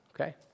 Okay